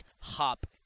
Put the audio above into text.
hop